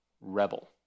rebel